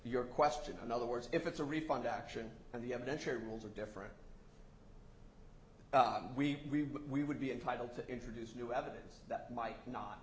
your question and other words if it's a refund action and the evidentiary rules are different we would be entitled to introduce new evidence that might not